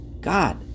God